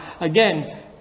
again